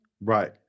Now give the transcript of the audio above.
Right